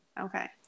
Okay